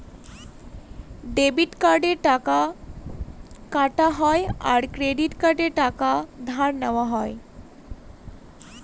debit কার্ডে টাকা কাটা হয় আর ক্রেডিট কার্ডে টাকা ধার নেওয়া হয়